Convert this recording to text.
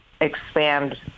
expand